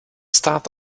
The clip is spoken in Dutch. staat